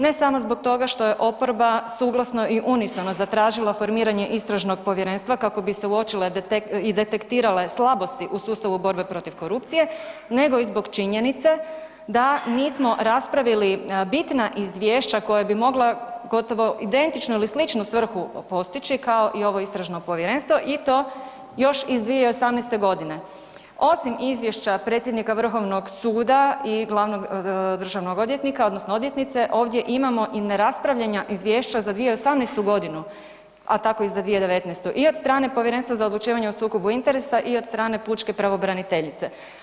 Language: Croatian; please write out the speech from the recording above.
Ne samo zbog toga što je oporba suglasno i unitarno zatražila formiranje istražnog povjerenstva kako bi se uočile i detektirale slabosti u sustavu borbe protiv korupcije, nego i zbog činjenice da nismo raspravili bitna izvješća koja bi mogla gotovo identičnu ili sličnu svrhu postići, kao i ovo istražno povjerenstvo i to još iz 2018.g. Osim izvješća predsjednika vrhovnog suda i glavnog državnog odvjetnika odnosno odvjetnice ovdje imamo i neraspravljana izvješća za 2018.g., a tako i za 2019. i od strane Povjerenstva za odlučivanje o sukobu interesa i od strane pučke pravobraniteljice.